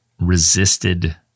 resisted